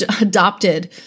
adopted